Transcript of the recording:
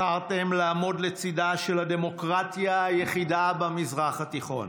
בחרתם לעמוד לצידה של הדמוקרטיה היחידה במזרח התיכון,